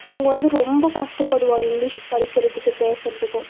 அவங்க வந்து ரொம்ப கஷ்டப்படுவாங்க இங்க்லீஷ் படிக்கிறதுக்கு பேசுறதுக்கு